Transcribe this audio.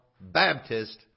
baptist